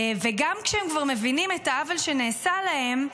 וגם כשהם כבר מבינים את העוול שנעשה להם,